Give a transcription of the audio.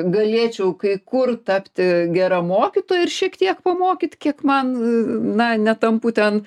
galėčiau kai kur tapti gera mokytoja ir šiek tiek pamokyt kiek man na netampu ten